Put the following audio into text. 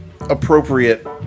appropriate